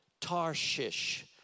Tarshish